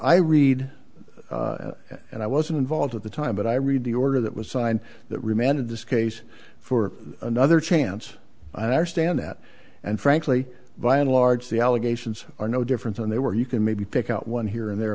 i read and i wasn't involved at the time but i read the order that was signed that remanded this case for another chance i don't understand that and frankly by and large the allegations are no different than they were you can maybe pick out one here and there